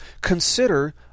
Consider